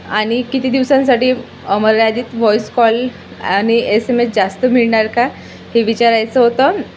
आणि किती दिवसांसाठी मला यादीत व्हॉइस कॉल आणि एस एम एस जास्त मिळणार का हे विचारायचं होतं